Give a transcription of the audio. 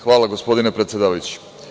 Hvala, gospodine predsedavajući.